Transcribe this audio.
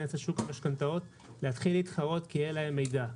להיכנס לשוק המשכנתאות להתחיל להתחרות כי יהיה להם מידע.